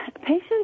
Patients